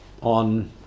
on